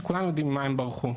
שכולם יודעים מפני ממה הם ברחו.